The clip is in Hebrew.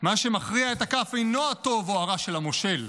"מה שמכריע את הכף אינו הטוב או הרע של המושל.